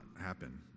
happen